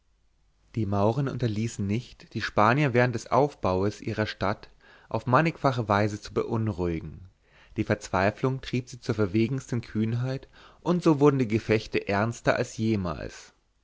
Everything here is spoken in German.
die mauren unterließen nicht die spanier während des aufbaues ihrer stadt auf mannigfache weise zu beunruhigen die verzweiflung trieb sie zur verwegensten kühnheit und so wurden die gefechte ernster als jemals